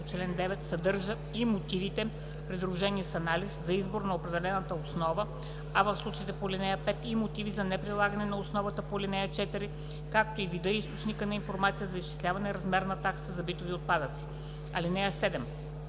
чл. 9 съдържа и мотивите, придружени с анализ, за избор на определената основа, а в случаите по ал. 5 – и мотиви за неприлагане на основата по ал. 4, както и вида и източника на информация за изчисляване размера на таксата за битови отпадъци. (7)